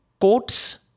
quotes